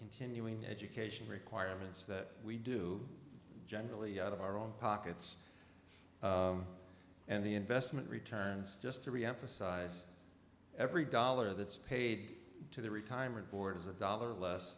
continuing education requirements that we do generally out of our own pockets and the investment returns just to reemphasize every dollar that's paid to the retirement board is a dollar less